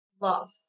love